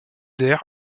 d’air